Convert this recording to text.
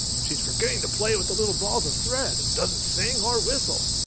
she's forgetting to play with the little balls of thread and doesn't sing, or whistle.